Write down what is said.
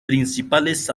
principales